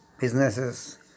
businesses